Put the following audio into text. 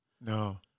No